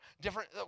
different